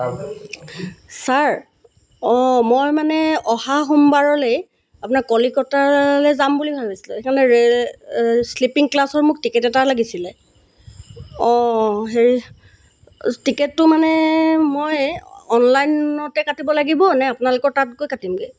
sir অঁ মই মানে অহা সোমবাৰলে আপোনাৰ কলিকতালে যাম বুলি ভাবিছিলোঁ সেইকাৰণে ৰে'ল শ্লিপিং ক্লাছৰ মোক টিকেট এটা লাগিছিলে অঁ হেৰি টিকেটটো মানে মই অনলাইনতে কাটিব লাগিবনে আপোনালোকৰ তাতকৈ কাটিমগে